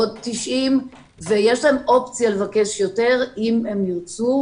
עוד 90 ויש להם אופציה לבקש יותר אם הם ירצו.